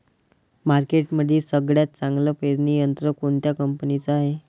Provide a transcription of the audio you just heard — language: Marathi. मार्केटमंदी सगळ्यात चांगलं पेरणी यंत्र कोनत्या कंपनीचं हाये?